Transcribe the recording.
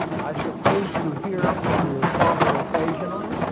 i suppose you hear from your father occasionally?